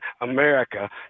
America